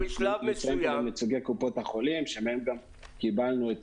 נמצאים פה גם נציגי קופות החולים שמהם קיבלנו את